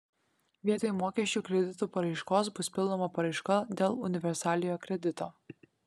vietoj mokesčių kreditų paraiškos bus pildoma paraiška dėl universaliojo kredito